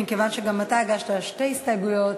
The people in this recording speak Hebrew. מכיוון שגם אתה הגשת שתי הסתייגויות,